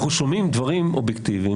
אנחנו שומעים דברים אובייקטיביים,